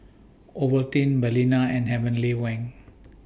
Ovaltine Balina and Heavenly Wang